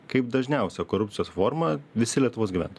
kaip dažniausią korupcijos formą visi lietuvos gyvent